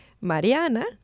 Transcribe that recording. Mariana